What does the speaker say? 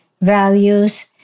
values